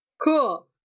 Cool